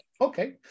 okay